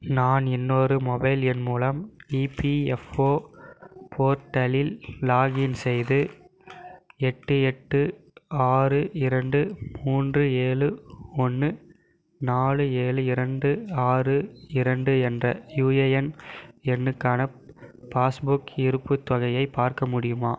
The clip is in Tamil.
நான் இன்னொரு மொபைல் எண் மூலம் இபிஎஃப்ஓ போர்ட்டலில் லாக்இன் செய்து எட்டு எட்டு ஆறு இரண்டு மூன்று ஏழு ஒன்று நாலு ஏழு இரண்டு ஆறு இரண்டு என்ற யுஏஎன் எண்ணுக்கான பாஸ்புக் இருப்புத் தொகையை பார்க்க முடியுமா